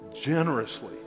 generously